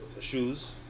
shoes